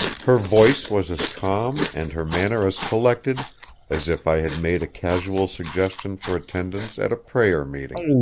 her voice was as calm and her manner as collected as if i had made a casual suggestion for attendance at a prayer meeting.